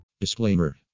Disclaimer